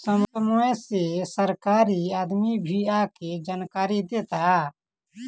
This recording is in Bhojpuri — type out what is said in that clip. समय से सरकारी आदमी भी आके जानकारी देता